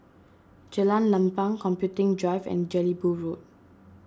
Jalan Lapang Computing Drive and Jelebu Road